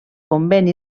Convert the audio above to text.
convent